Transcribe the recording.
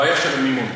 הבעיה של המימון.